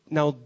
Now